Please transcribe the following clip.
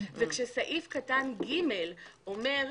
וכשסעיף קטן (ג) אומר: